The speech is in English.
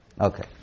Okay